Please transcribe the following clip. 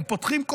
הם פותחים,